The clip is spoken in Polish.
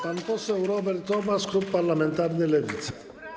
Pan poseł Robert Obaz, Klub Parlamentarny Lewica.